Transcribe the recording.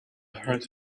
heard